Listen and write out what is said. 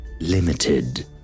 limited